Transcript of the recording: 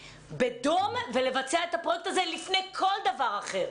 בדום ולבצע את הפרויקט הזה לפני כל דבר אחר.